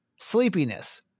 Sleepiness